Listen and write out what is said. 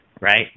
right